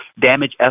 Damage